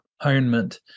environment